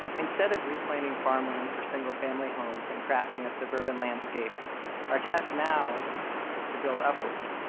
instead of reclaiming farm land for single family homes and crafting a suburban landscape our task now is to build upward.